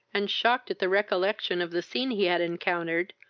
and shocked at the recollection of the scene he had encountered,